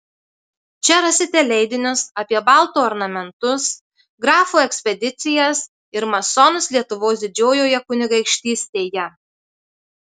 čia rasite leidinius apie baltų ornamentus grafų ekspedicijas ir masonus lietuvos didžiojoje kunigaikštystėje